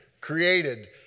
created